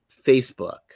Facebook